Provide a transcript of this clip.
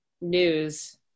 news